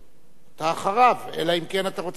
אתה אחריו, אלא אם כן אתה רוצה להיות אחרון.